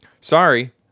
sorry